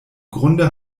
grunde